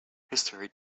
history